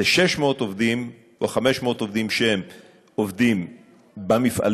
זה 600 עובדים או 500 עובדים שהם עובדים במפעלים,